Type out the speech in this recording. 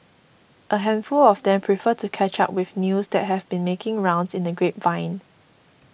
a handful of them prefer to catch up with news that have been making rounds in the grapevine